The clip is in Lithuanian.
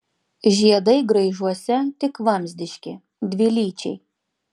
žiedai graižuose tik vamzdiški dvilyčiai